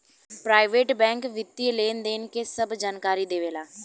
private bank वित्तीय लेनदेन के सभ जानकारी देवे ला